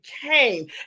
came